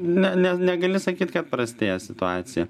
ne ne negali sakyti kad prastėja situacija